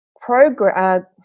program